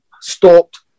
stopped